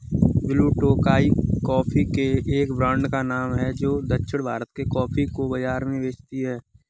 blue Tokai coffee के एक brand का नाम है जो दक्षिण भारत के कॉफी को बाजार में बेचती है